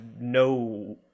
no